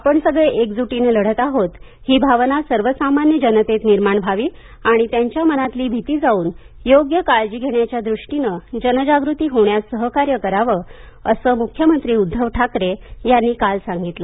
आपण सगळे एकजुटीने लढत आहोत ही भावना सर्वसामान्य जनतेत निर्माण व्हावी आणि त्यांच्या मनातली भीती जाऊन योग्य काळजी घेण्याच्या दृष्टीने जनजागृती होण्यास सहकार्य करावं असं मुख्यमंत्री उद्दव ठाकरे यांनी काल सांगितलं